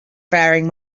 faring